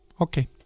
Okay